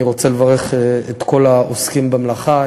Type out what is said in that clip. אני רוצה לברך את כל העוסקים במלאכה,